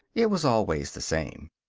it was always the same.